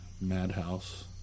Madhouse